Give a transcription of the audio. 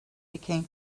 became